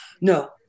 No